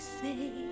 say